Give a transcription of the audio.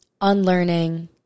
unlearning